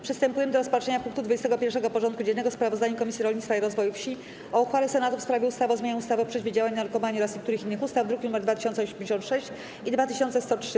Przystępujemy do rozpatrzenia punktu 21. porządku dziennego: Sprawozdanie Komisji Rolnictwa i Rozwoju Wsi o uchwale Senatu w sprawie ustawy o zmianie ustawy o przeciwdziałaniu narkomanii oraz niektórych innych ustaw (druki nr 2086 i 2103)